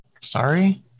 Sorry